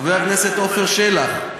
חבר הכנסת עפר שלח.